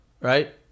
right